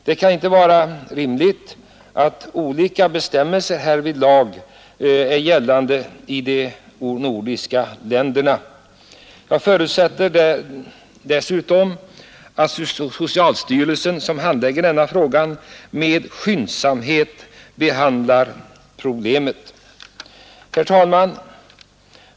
Det kan inte vara rimligt att olika bestämmelser härvidlag skall gälla i de nordiska länderna. Jag förutsätter dessutom att socialstyrelsen som handlägger denna fråga med skyndsamhet behandlar Herr talman!